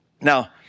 Now